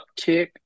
uptick